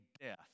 death